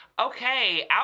Okay